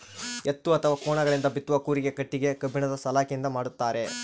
ಎತ್ತು ಅಥವಾ ಕೋಣಗಳಿಂದ ಬಿತ್ತುವ ಕೂರಿಗೆ ಕಟ್ಟಿಗೆ ಕಬ್ಬಿಣದ ಸಲಾಕೆಯಿಂದ ಮಾಡ್ತಾರೆ